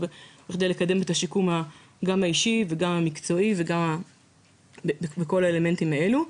וגם כדי לקדם את השיקום האישי והמקצועי בכל האלמנטים האלו.